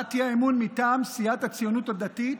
מטעם סיעת הציונות הדתית,